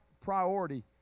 priority